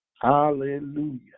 Hallelujah